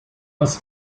was